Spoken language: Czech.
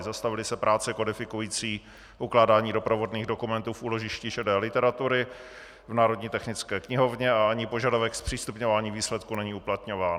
Zastavily se práce kodifikující ukládání doprovodných dokumentů v úložišti šedé literatury v Národní technické knihovně a ani požadavek zpřístupňování výsledků není uplatňován.